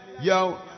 Yo